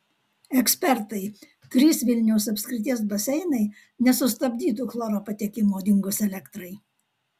ekspertai trys vilniaus apskrities baseinai nesustabdytų chloro patekimo dingus elektrai